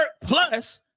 Plus